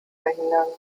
verhindern